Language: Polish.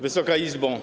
Wysoka Izbo!